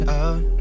out